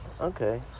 okay